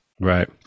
Right